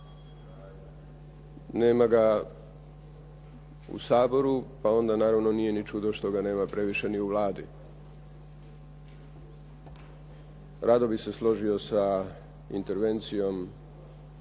Nema ga u Saboru pa onda naravno nije ni čudo što ga nema previše ni u Vladi. Rado bih se složio sa intervencijom